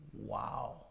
Wow